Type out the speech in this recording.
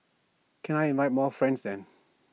can I invite more friends then